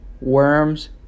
worms